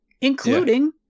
including